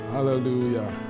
Hallelujah